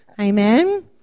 Amen